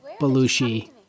Belushi